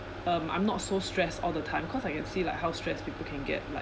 um I'm not so stressed all the time cause I can see like how stressed people can get like